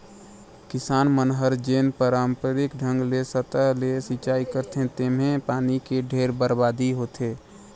किसान मन हर जेन पांरपरिक ढंग ले सतह ले सिचई करथे तेम्हे पानी के ढेरे बरबादी होथे